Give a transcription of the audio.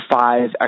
five